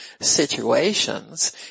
situations